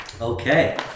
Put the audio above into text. Okay